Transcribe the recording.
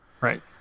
right